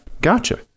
Gotcha